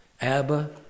Abba